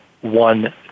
one